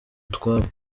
utwabo